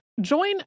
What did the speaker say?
Join